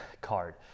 card